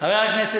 חם מהתנור.